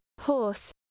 horse